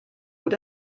gut